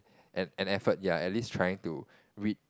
an an effort ya at least trying to read